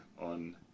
on